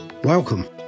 Welcome